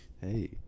Hey